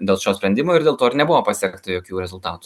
dėl šio sprendimo ir dėl to ir nebuvo pasiekta jokių rezultatų